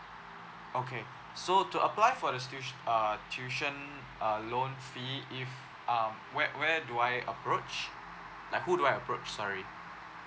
okay so to apply for this tui~ uh tuition uh loan fee if um where where do I approach like who do I approach sorry